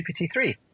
GPT-3